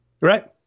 Right